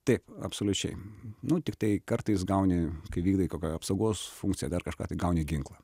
taip absoliučiai nu tiktai kartais gauni kai vykdai apsaugos funkciją dar kažką tai gauni ginklą